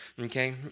Okay